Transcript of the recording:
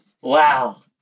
Wow